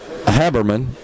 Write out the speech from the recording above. Haberman